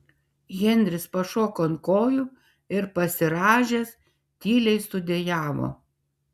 henris pašoko ant kojų ir pasirąžęs tyliai sudejavo